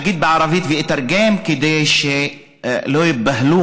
אגיד בערבית ואתרגם כדי שלא ייבהלו,